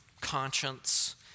conscience